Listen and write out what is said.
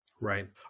Right